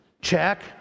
check